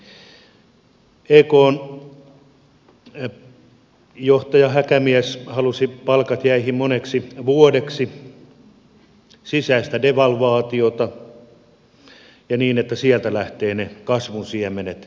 ekn johtaja häkämies halusi palkat jäihin moneksi vuodeksi sisäistä devalvaatiota ja niin että sieltä lähtevät ne kasvun siemenet suomelle